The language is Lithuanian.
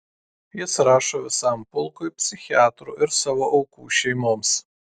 jis rašo visam pulkui psichiatrų ir savo aukų šeimoms